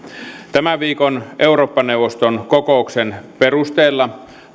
tämän viikon eurooppa neuvoston kokouksen perusteella